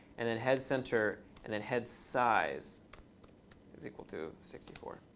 and then head center, and then head size is equal to sixty four.